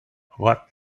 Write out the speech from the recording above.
what